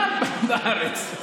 פה בארץ?